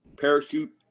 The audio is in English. parachute